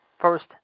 first